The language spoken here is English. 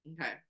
Okay